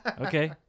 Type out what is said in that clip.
Okay